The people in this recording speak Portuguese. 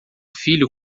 filho